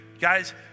Guys